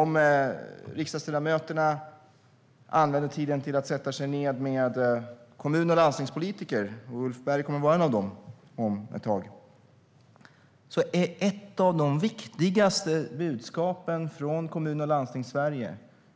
Om riksdagsledamöterna använder tiden till att sätta sig ned med kommun och landstingspolitiker - Ulf Berg kommer att vara en av dem om ett tag - kommer de att förstå att ett av de viktigaste budskapen från Kommun och Landstingssverige